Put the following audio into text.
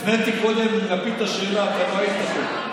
הפניתי קודם ללפיד את השאלה, אתה לא היית פה.